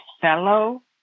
fellow